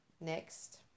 Next